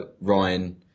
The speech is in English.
Ryan